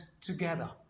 together